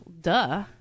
duh